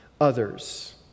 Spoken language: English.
others